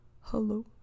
Hello